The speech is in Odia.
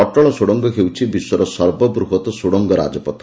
ଅଟଳ ସୁଡ଼ଙ୍ଗ ହେଉଛି ବିଶ୍ୱର ସର୍ବବୃହତ ସୁଡ଼ଙ୍ଗ ରାଜପଥ